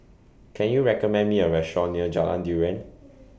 Can YOU recommend Me A Restaurant near Jalan Durian